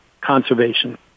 Conservation